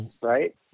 right